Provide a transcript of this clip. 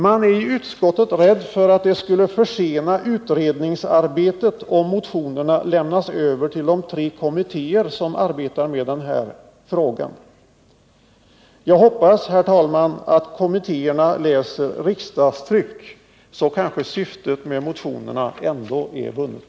Man är i utskottet rädd för att det skulle försena utredningsarbetet om motionerna lämnades över till de tre kommittéer som arbetar med dessa frågor. Jag hoppas, herr talman, att kommittéerna läser riksdagstryck, så syftet med motionerna kanske ändå är vunnet.